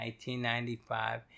1995